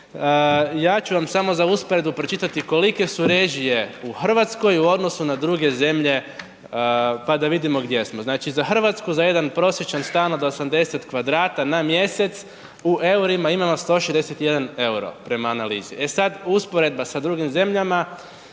Ja ću vam samo za usporedbu pročitati kolike su režije u RH u odnosu na druge zemlje, pa da vidimo gdje smo. Znači, za RH za jedan prosječan stan od 80m2 na mjesec u EUR-ima imamo 161,00 EUR-o prema analizi. E sad, usporedba sa drugim zemljama